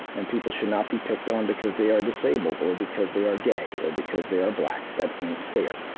and people should not be picked on because they are disabled, or because they are gay, or because they are black. that ain't fair.